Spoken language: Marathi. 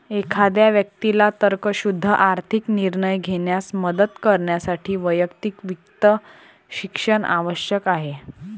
एखाद्या व्यक्तीला तर्कशुद्ध आर्थिक निर्णय घेण्यास मदत करण्यासाठी वैयक्तिक वित्त शिक्षण आवश्यक आहे